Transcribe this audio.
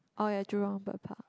oh ya Jurong bird park